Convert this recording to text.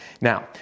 Now